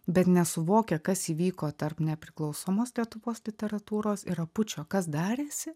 bet nesuvokia kas įvyko tarp nepriklausomos lietuvos literatūros ir apučio kas darėsi